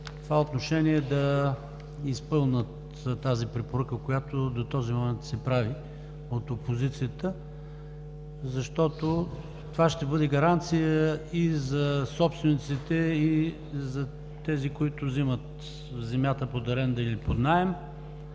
това отношение да изпълнят тази препоръка, която до този момент се прави от опозицията. Това ще бъде гаранция и за собствениците, и за тези, които взимат земята под аренда или под наем,